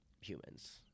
humans